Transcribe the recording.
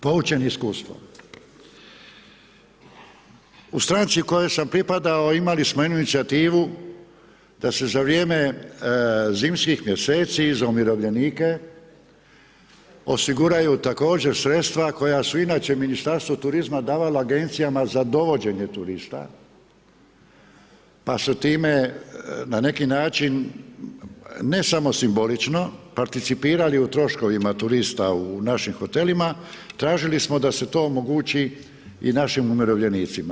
Poučen iskustvom, u stranci u kojoj sam pripadao, imali smo inicijativu da se za vrijeme zimskih mjeseci i za umirovljenike osiguraju također sredstva koja su inače Ministarstvu turizma davala agencijama za dovođenje turista pa su time na neki način ne samo simbolično participirali u troškovima turista u našim hotelima, tražili smo da se to omogući i našim umirovljenicima.